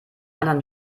anderen